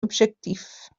objectifs